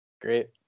Great